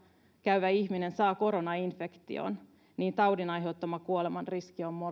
käyvä ihminen saa koronainfektion niin taudin aiheuttama kuolemanriski on